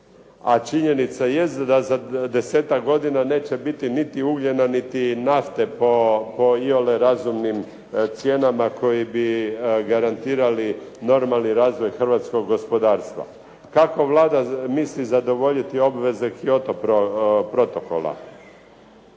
a činjenica jest da za 10-ak godina neće biti niti ugljena niti nafte po iole razumnim cijenama koji bi garantirali normalni razvoj hrvatskog gospodarstva. Kako Vlada misli zadovoljiti obveze Kyoto protokola?